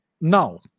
Now